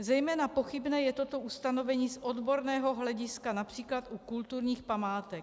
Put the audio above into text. Zejména pochybné je toto ustanovení z odborného hlediska například u kulturních památek.